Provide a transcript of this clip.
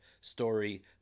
story